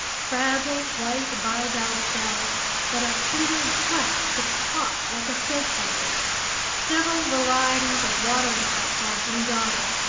fragile white bivalve shells that a single breath could pop like a soap bubble several varieties of watering-pot shell from java,